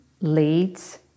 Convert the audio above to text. leads